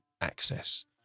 access